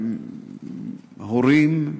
ההורים.